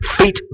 Feet